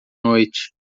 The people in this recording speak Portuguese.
noite